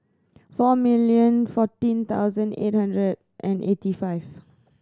four million fourteen thousand eight hundred and eighty five